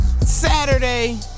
Saturday